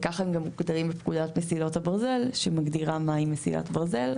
כך גם מוגדרים בפקודת מסילות הברזל שמגדירה מהי מסילת ברזל.